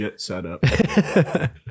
setup